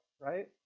right